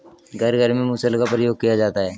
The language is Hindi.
घर घर में मुसल का प्रयोग किया जाता है